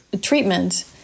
treatment